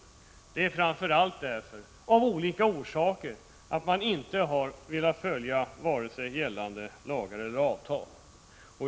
Problemen beror framför allt på att man av olika skäl inte har velat följa gällande lagar och avtal.